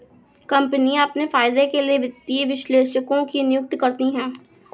कम्पनियाँ अपने फायदे के लिए वित्तीय विश्लेषकों की नियुक्ति करती हैं